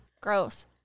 Gross